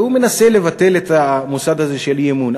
והוא מנסה לבטל את המוסד הזה של אי-אמון.